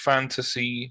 Fantasy